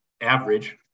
average